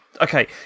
Okay